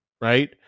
Right